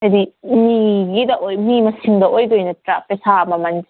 ꯍꯥꯏꯗꯤ ꯃꯤꯒꯤꯗ ꯃꯤ ꯃꯁꯤꯡꯗ ꯑꯣꯏꯗꯣꯏ ꯅꯠꯇ꯭ꯔꯥ ꯄꯩꯁꯥ ꯃꯃꯟꯁꯦ